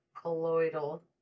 colloidal